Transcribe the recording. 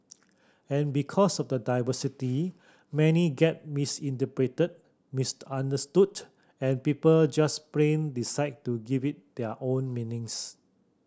and because of the diversity many get misinterpreted misunderstood and people just plain decide to give it their own meanings